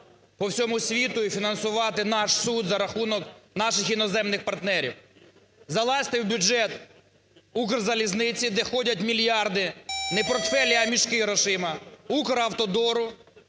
по всьому світу і фінансувати наш суд за рахунок наших іноземних партнерів. Залазьте в бюджет "Укрзалізниці", де ходять мільярди, не портфелі, а мішки з грошима, "Укравтодору".